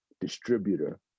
distributor